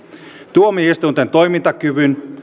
tuomioistuinten toimintakyvyn